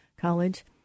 college